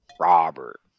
Robert